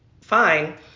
fine